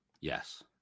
Yes